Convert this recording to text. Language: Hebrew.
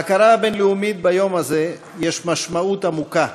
להכרה הבין-לאומית ביום זה יש משמעות עמוקה,